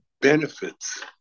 benefits